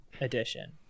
edition